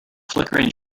flickering